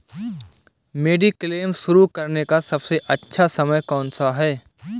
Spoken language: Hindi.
मेडिक्लेम शुरू करने का सबसे अच्छा समय कौनसा है?